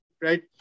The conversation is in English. right